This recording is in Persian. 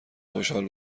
خوشحال